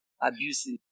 abusive